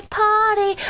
party